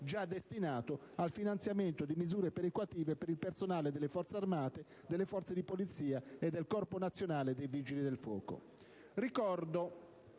già destinato «al finanziamento di misure perequative per il personale delle Forze armate, delle Forze di polizia e del Corpo nazionale dei Vigili del fuoco».